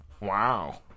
Wow